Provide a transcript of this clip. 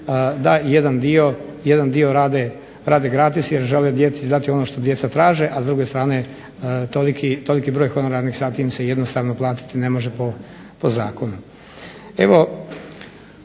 da jedan dio rade gratis jer žele djeci dati ono što djeca traže, a s druge strane toliki broj honorarnih sati im se jednostavno platiti ne može po zakonu.